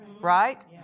right